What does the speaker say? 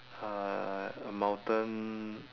uh a mountain